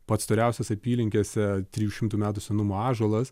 pats storiausias apylinkėse trijų šimtų metų senumo ąžuolas